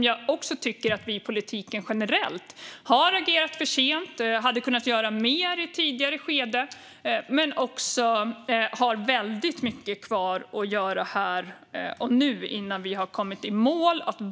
Jag tycker också att vi i politiken generellt har reagerat för sent, hade kunnat göra mer i tidigare skede, och det finns mycket kvar att göra här och nu innan vi har kommit i mål.